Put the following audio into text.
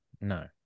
no